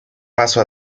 pasó